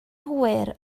hwyr